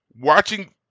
watching